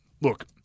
look